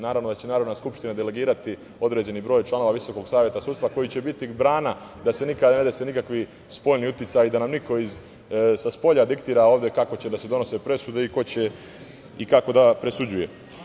Naravno da će Narodna skupština delegirati određeni broj članova Visokog saveta sudstva koji će biti brana da se nikakvi spoljni uticaji, da nam niko spolja ne diktira ovde kako će da se donose presude i ko će i kako da presuđuje.